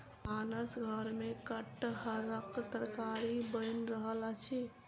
भानस घर में कटहरक तरकारी बैन रहल अछि